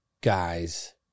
guys